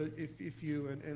ah if if you, and and